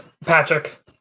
Patrick